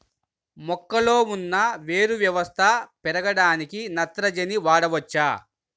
మొక్కలో ఉన్న వేరు వ్యవస్థ పెరగడానికి నత్రజని వాడవచ్చా?